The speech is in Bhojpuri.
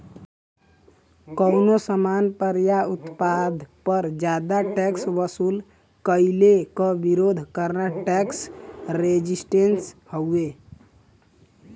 कउनो सामान पर या उत्पाद पर जादा टैक्स वसूल कइले क विरोध करना टैक्स रेजिस्टेंस हउवे